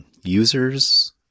users